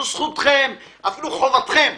זאת זכותכם, אפילו חובתכם